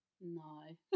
No